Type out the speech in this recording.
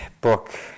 book